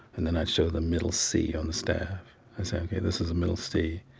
and then i'd show the middle c on the staff and say, ok, this is a middle c.